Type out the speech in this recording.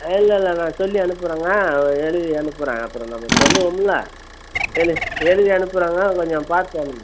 இல்லயில்ல நான் சொல்லி அனுப்புகிறேங்க எழுதி அனுப்புகிறேன் அப்புறம் நம்ம சொல்லுவோம்லே எலு எழுதி அனுப்புகிறேங்க கொஞ்சம் பார்த்து அனுப்புங்க